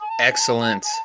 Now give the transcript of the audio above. Excellent